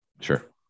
sure